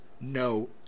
No